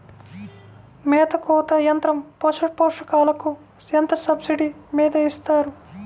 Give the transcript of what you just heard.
మేత కోత యంత్రం పశుపోషకాలకు ఎంత సబ్సిడీ మీద ఇస్తారు?